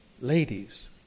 ladies